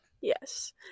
Yes